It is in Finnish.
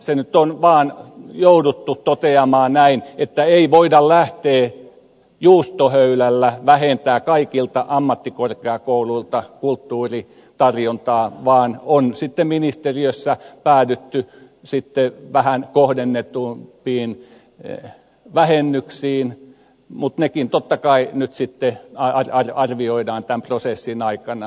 se nyt on vaan jouduttu toteamaan näin että ei voida lähteä juustohöylällä vähentämään kaikilta ammattikorkeakouluilta kulttuuritarjontaa vaan on sitten ministeriössä päädytty vähän kohdennetumpiin vähennyksiin mutta nekin totta kai nyt sitten arvioidaan tämän prosessin aikana